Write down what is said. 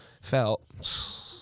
felt